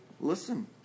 listen